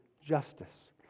justice